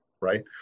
right